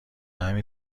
همین